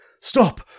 Stop